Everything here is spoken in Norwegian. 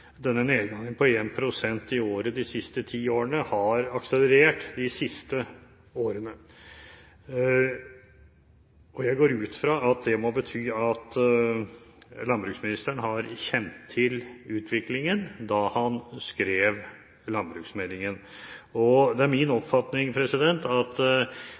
denne nedgangen på 1 pst. i året de siste ti årene har akselerert de siste årene. Jeg går ut fra at det må bety at landbruksministeren har kjent til utviklingen da han skrev landbruksmeldingen. Det er etter min